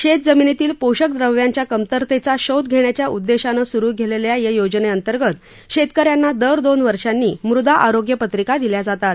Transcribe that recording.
शेत जमिनीतील पोषक द्रव्यांच्या कमतरतेचा शोध घेण्याच्या उद्देशानं स्रु केलेल्या या योजनेअंतर्गत शेतकऱ्यांना दर दोन वर्षांनी मृदा आरोग्य पत्रिका दिल्या जातात